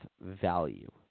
value